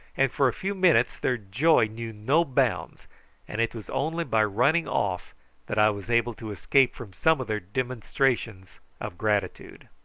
and for a few minutes their joy knew no bounds and it was only by running off that i was able to escape from some of their demonstrations of gratitude.